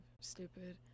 stupid